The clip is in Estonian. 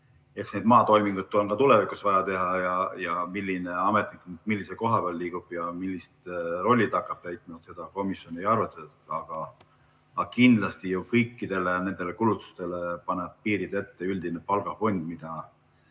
maatoimingud on ka tulevikus vaja teha ja milline ametnik millise koha peale liigub ja millist rolli hakkab täitma, seda komisjon ei arutanud. Aga kindlasti kõikidele nendele kulutustele paneb piirid ette üldine palgafond,